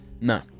No